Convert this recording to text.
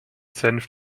senf